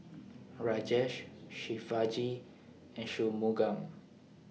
Rajesh Shivaji and Shunmugam